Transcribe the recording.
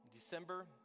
December